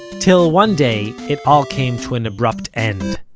till, one day, it all came to an abrupt end